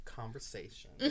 Conversation